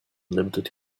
limited